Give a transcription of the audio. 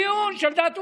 דיון של דת ומדינה,